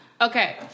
Okay